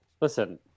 Listen